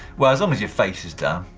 well, as long as your face is done.